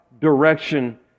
direction